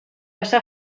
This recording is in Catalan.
passà